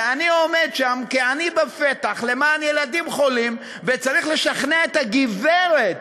ואני עומד שם כעני בפתח למען ילדים חולים וצריך לשכנע את הגברת